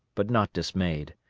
but not dismayed.